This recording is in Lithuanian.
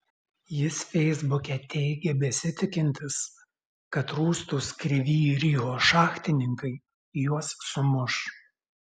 jis feisbuke teigė besitikintis kad rūstūs kryvyj riho šachtininkai juos sumuš